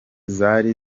zari